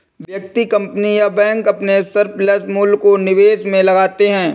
व्यक्ति, कंपनी या बैंक अपने सरप्लस मूल्य को निवेश में लगाते हैं